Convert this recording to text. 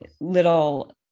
little